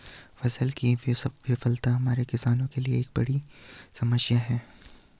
फसल की विफलता हमारे किसानों के लिए एक बहुत बड़ी समस्या है